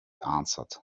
answered